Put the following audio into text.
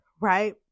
right